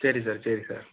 சரி சார் சரி சார்